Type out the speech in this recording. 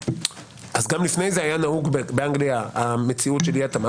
גם לפני כן הייתה נהוגה באנגליה המציאות של אי התאמה,